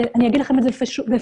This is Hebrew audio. אני אגיד לכם את זה בפשטות.